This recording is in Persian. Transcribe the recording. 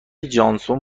جانسون